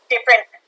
different